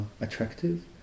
attractive